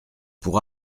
pour